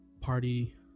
party